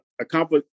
accomplish